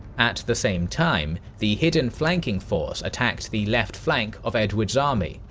at the same time, the hidden flanking force attacked the left flank of edward's army,